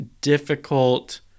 difficult